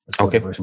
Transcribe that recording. Okay